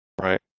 Right